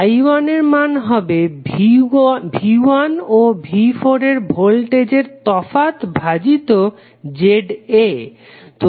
I1এর মান হবে V1 ও V4 এর ভোল্টেজের তফাৎ ভাজিত ZA